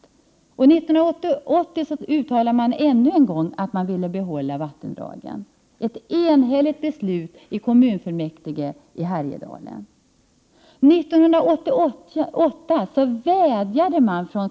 1980 uttalade Härjedalens kommunfullmäktige enhälligt att man ville behålla vattendragen. 1988 vädjade kommunfullmäktige om att det påbörjade projektet skulle avbrytas.